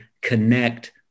connect